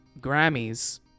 Grammys